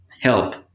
help